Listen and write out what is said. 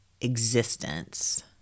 existence